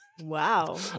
Wow